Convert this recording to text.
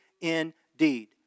indeed